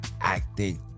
acting